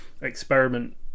experiment